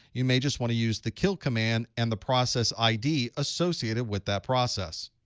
you may just want to use the kill command and the process id associated with that process.